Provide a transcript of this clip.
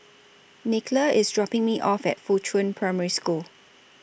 Nicola IS dropping Me off At Fuchun Primary School